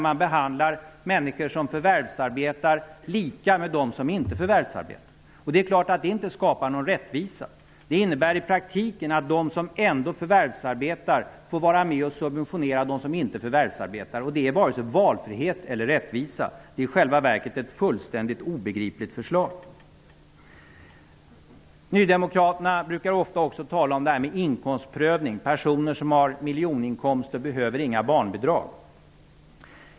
Man behandlar människor som förvärvsarbetar på samma sätt som de som inte förvärvsarbetar. Det är klart att det inte skapar någon rättvisa. Det innebär i praktiken att de som ändå förvärvsarbetar får vara med och subventionera dem som inte förvärvsarbetar, och det är varken valfrihet eller rättvisa. Det är i själva verket ett fullständigt obegripligt förslag. Nydemokraterna brukar ofta också tala om inkomstprövning. Personer som har miljoninkomster behöver inga barnbidrag.